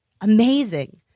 amazing